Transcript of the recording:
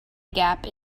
gap